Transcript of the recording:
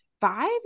five